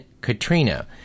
Katrina